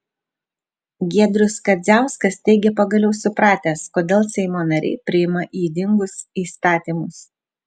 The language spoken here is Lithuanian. giedrius kadziauskas teigia pagaliau supratęs kodėl seimo nariai priima ydingus įstatymus